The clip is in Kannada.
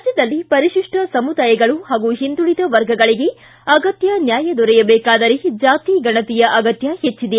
ರಾಜ್ಯದಲ್ಲಿ ಪರಿಶಿಷ್ಟ ಸಮುದಾಯಗಳು ಹಾಗೂ ಹಿಂದುಳಿದ ವರ್ಗಗಳಿಗೆ ಅಗತ್ತ ನ್ಯಾಯ ದೊರೆಯಬೇಕಾದರೆ ಜಾತಿ ಗಣಿಯ ಅಗತ್ತ ಹೆಚ್ಚಿದೆ